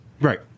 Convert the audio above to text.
Right